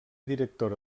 directora